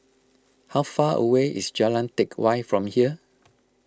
how far away is Jalan Teck Whye from here